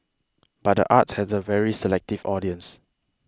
but the arts has a very selective audience